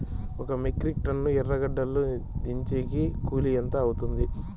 ఒక metric tonne ఎర్రగడ్డలు దించేకి కూలి ఎంత అవుతుంది?